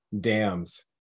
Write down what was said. dams